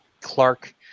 Clark